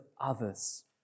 others